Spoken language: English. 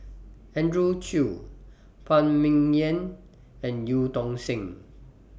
Andrew Chew Phan Ming Yen and EU Tong Sen